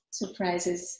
surprises